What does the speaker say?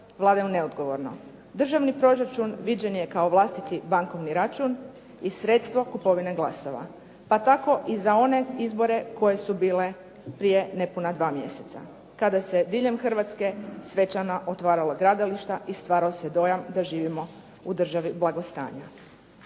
vladaju neodgovorno. Državni proračun viđen je kao vlastiti bankovni račun i sredstvo kupovine glasova, pa tako i za one izbore koje su bile prije nepuna 2 mjeseca kada se diljem Hrvatske svečano otvarala gradilišta i stvarao se dojam da živimo u državi blagostanja.